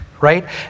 right